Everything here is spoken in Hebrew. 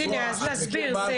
אז נסביר.